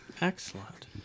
Excellent